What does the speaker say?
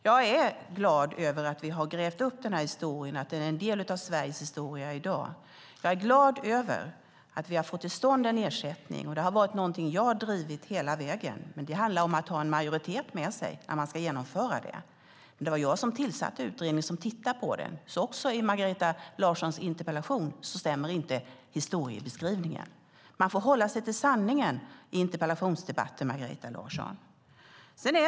Jag är glad över att vi har grävt upp detta och att det är en del av Sveriges historia i dag. Jag är glad över att vi har fått till stånd en ersättning, och det har varit någonting som jag har drivit hela vägen. Men den handlar om att ha en majoritet med sig när man ska genomföra det. Det var jag som tillsatte utredningen som tittar på detta, så inte heller i Margareta Larssons interpellation stämmer historiebeskrivningen. Man får hålla sig till sanningen i interpellationsdebatter, Margareta Larsson.